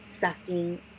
sucking